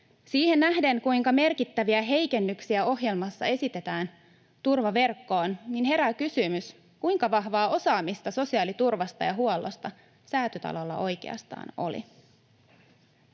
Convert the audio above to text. Siihen nähden, kuinka merkittäviä heikennyksiä ohjelmassa esitetään turvaverkkoon, herää kysymys, kuinka vahvaa osaamista sosiaaliturvasta ja -huollosta Säätytalolla oikeastaan oli.